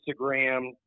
Instagram